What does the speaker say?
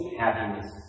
happiness